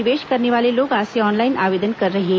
निवेश करने वाले लोग आज से ऑनलाइन आवेदन कर रहे हैं